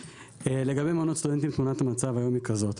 לגבי מעונות סטודנטים תמונת המצב היום היא כזאת.